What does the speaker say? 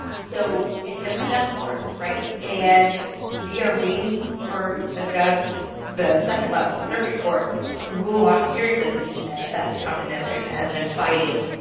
so it's going to come down to the courts. right. and we are waiting for a judge the second level the circuit court to rule on a series of subpoenas that the trump administration has been fighting.